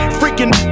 freaking